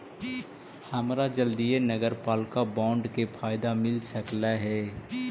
हमरा जल्दीए नगरपालिका बॉन्ड के फयदा मिल सकलई हे